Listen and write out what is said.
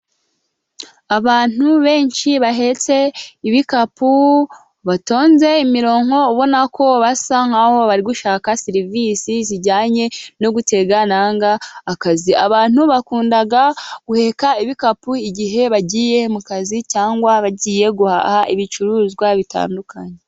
Abantu benshi bahetse ibikapu batonze imirongo ubona ko basa nkaho bari gushaka serivisi zijyanye no gutega cyangwa akazi. Abantu bakunda guheka ibikapu igihe bagiye mu kazi cyangwa bagiye guhabwa ibicuruzwa bitandukanye.